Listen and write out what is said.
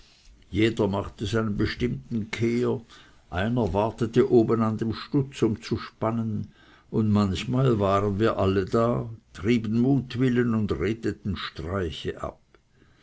jeder machte seinen bestimmten kehr einer wartete oben an dem stutz um zu spannen und manchmal waren wir alle da trieben mutwillen und redeten streiche ab